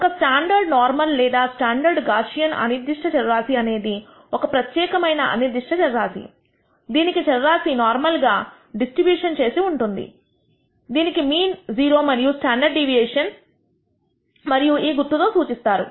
ఒక standard normal లేదా standard Gaussian అనిర్దిష్ట చరరాశి అనేది ఒక ప్రత్యేకమైన అనిర్దిష్ట చరరాశి దీనికి చరరాశి నార్మల్ గా డిస్ట్రిబ్యూట్ చేసి ఉంటుంది దీనికి మీన్ 0 మరియు స్టాండర్డ్ డీవియేషన్ మరియు దీనిని ఈ గుర్తుతో సూచిస్తారు